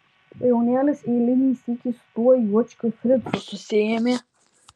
jaunėlis eilinį sykį su tuo juočkiu fricu susiėmė